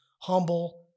humble